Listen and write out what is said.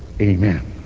Amen